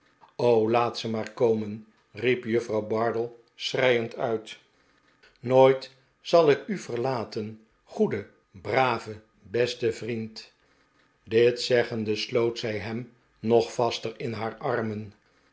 laat ze maar komen riep juffrouw bardell schreiend uit nooit zal ik u verde pickwick club laten goede brave beste vriend dit zeggende sloot zij hem nog vaster in haar armen